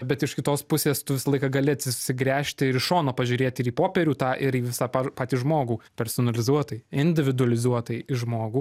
bet iš kitos pusės tu visą laiką gali atsisgręžti ir iš šono pažiūrėti ir į popierių tą ir į visą patį patį žmogų personalizuotai individualizuotai į žmogų